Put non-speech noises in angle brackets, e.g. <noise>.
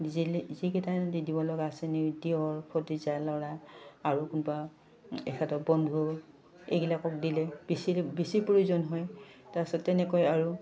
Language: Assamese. <unintelligible> যিকেইটাই দিব লগা আছে নি নিজৰ ভতিজা ল'ৰা আৰু কোনোবা এখেতৰ বন্ধুৰ এইবিলাকক দিলে বেছি বেছি প্ৰয়োজন হয় তাৰপিছত তেনেকৈ আৰু